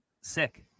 sick